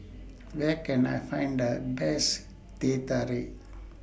Where Can I Find The Best Teh Tarik